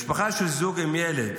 משפחה של זוג עם ילד